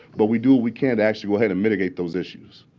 but we do what we can to actually go ahead and mitigate those issues.